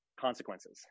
consequences